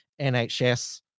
nhs